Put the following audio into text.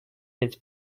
his